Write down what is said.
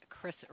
Chris